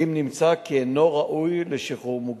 אם נמצא כי אינו ראוי לשחרור מוקדם.